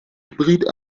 hybrid